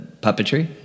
puppetry